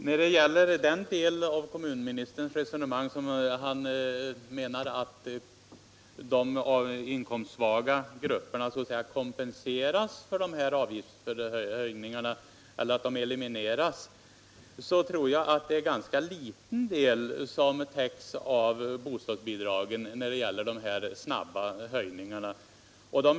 Herr talman! Kommunministern menar att de inkomstsvaga grupperna kompenseras för avgiftshöjningarna. Jag tror att det är en ganska liten del av dessa snabba höjningar som täcks av höjda bostadsbidrag.